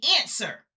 answer